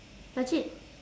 legit